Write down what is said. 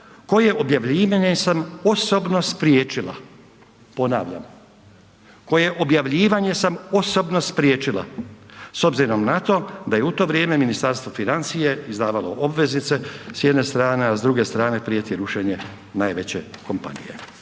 koje objavljivanje sam osobno spriječila“, ponavljam koje objavljivanje sam osobno spriječila, s obzirom na to da je u to vrijeme Ministarstvo financija izdavalo obveznice s jedne strane, a s druge strane prijeti rušenje najveće kompanije.